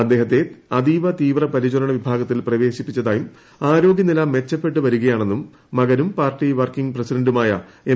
അദ്ദേഹത്തെ അതീവ തീവ്രപരിചരണ വിഭാഗത്തിൽ പ്രവേശിപ്പിച്ചതായും ആരോഗ്യനില മെച്ചപ്പെട്ടു വരിക്ട്യാണെന്നും മകനും പാർട്ടി വർക്കിംഗ് പ്രസിഡന്റുമായ എം